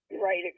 Right